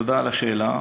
תודה על השאלה,